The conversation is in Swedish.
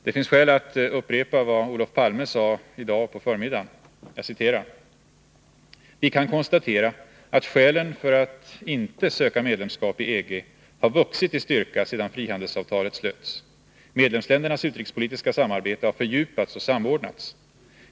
Det finns skäl att påminna om vad Olof Palme sade i dag på förmiddagen: ”Vi kan konstatera att skälen för att inte söka medlemskap i EG har vuxit i styrka sedan frihandelsavtalet slöts. Medlemsländernas utrikespolitiska samarbete har fördjupats och samordnats.